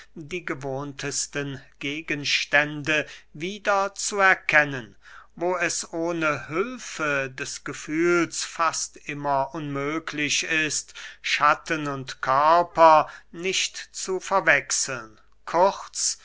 die gewohntesten gegenstände wieder zu erkennen wo es ohne hülfe des gefühls fast immer unmöglich ist schatten und körper nicht zu verwechseln kurz